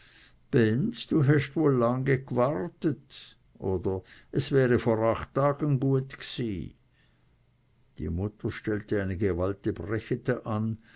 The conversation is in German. du hest wohl lang g'wartet oder es wäri vor acht tage guet g'sy die mutter stellte eine gewaltige brechete an